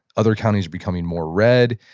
other counties are becoming more red.